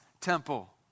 temple